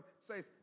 says